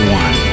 one